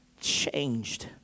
changed